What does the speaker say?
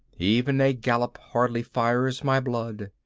even a gallop hardly fires my blood.